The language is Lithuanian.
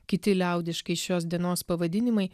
kiti liaudiškai šios dienos pavadinimai